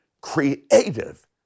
creative